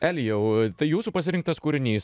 elijau tai jūsų pasirinktas kūrinys